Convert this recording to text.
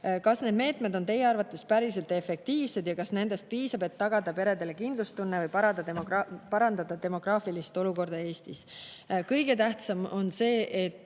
Kas need meetmed on teie arvates päriselt efektiivsed ja kas nendest piisab, et tagada peredele kindlustunne ja parandada demograafilist olukorda Eestis?" Kõige tähtsam on see, et